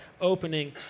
opening